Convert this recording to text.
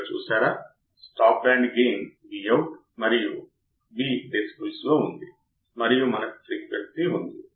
ఇవి చిన్నవి ఇవి ఏమీ కాదు కానీ నా బయాస్ కరెంట్స్ Ib1 మరియు Ib2 మీకు అర్థమయ్యాయి